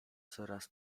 coraz